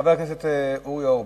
חבר הכנסת אורי אורבך?